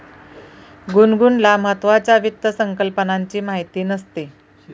गुनगुनला महत्त्वाच्या वित्त संकल्पनांची माहिती नसते